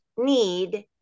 need